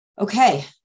Okay